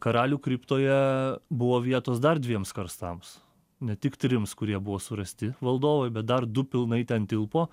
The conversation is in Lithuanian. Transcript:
karalių kriptoje buvo vietos dar dviems karstams ne tik trims kurie buvo surasti valdovai bet dar du pilnai ten tilpo